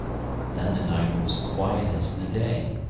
then the night was quiet as the day,